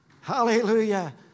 Hallelujah